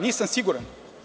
Nisam siguran.